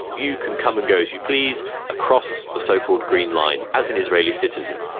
you can come and go as you please across the so-called green line as an israeli citizen,